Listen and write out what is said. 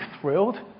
thrilled